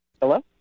Hello